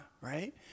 right